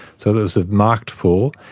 so there was a marked fall.